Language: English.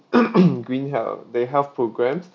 green hea~ their health programs